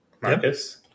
Marcus